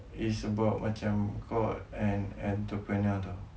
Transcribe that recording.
it's about macam got an entrepreneur [tau]